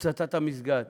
הצתת המסגד